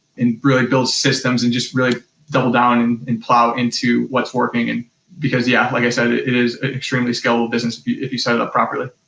and really build systems and just really double down and plow into what's working. and because, yeah like i said, it is an extremely scalable business if you start it up properly.